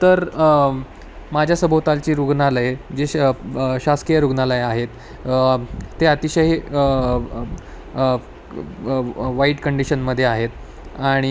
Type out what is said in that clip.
तर माझ्या सभोवतालची रुग्णालयं जे श् ब् शासकीय रुग्णालयं आहेत ते अतिशय क् वाईट कंडिशनमध्ये आहेत आणि